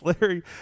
Larry